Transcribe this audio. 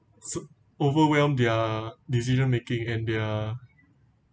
s~ overwhelm their decision making and their